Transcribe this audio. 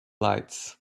lights